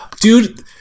dude